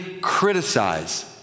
criticize